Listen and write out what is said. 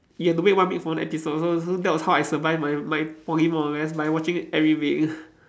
you have to wait one week for the next episode so so that was how I survive my my Poly more or less by watching every week